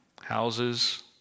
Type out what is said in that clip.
houses